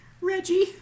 Reggie